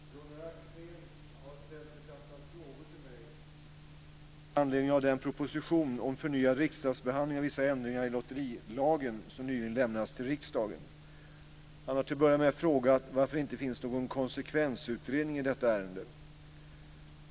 Fru talman! Gunnar Axén har ställt ett antal frågor till mig i anledning av den proposition om förnyad riksdagsbehandling av vissa ändringar i lotterilagen som nyligen lämnats till riksdagen. Han har till att börja med frågat varför det inte finns någon konsekvensutredning i detta ärende.